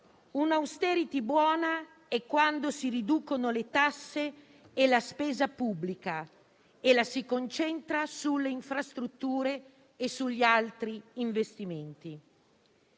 Una *austerity* buona è quando si riducono le tasse, e la spesa pubblica la si concentra sulle infrastrutture e sugli altri investimenti.